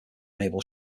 naval